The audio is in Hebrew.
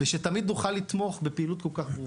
ושתמיד נוכל לתמוך בפעילות כל כך ברוכה.